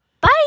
Bye